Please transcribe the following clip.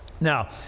Now